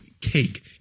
cake